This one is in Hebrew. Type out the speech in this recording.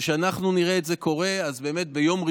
עם ועדה בלתי תלויה.